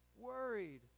worried